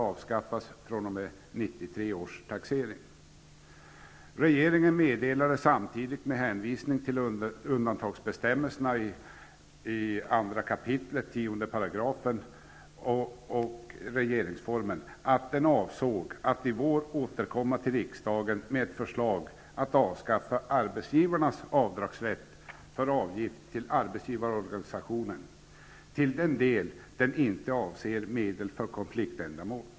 I Regeringen meddelade samtidigt, med hänvisning till undantagsbestämmelserna i 2 kap. 10 § i regeringsformen, att man avsåg att under våren återkomma till riksdagen med förslag om att avskaffa arbetsgivarnas avdragsrätt för avgift till arbetsgivarorganisation, till den del avgiften inte avser medel för konfliktändamål.